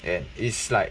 and it's like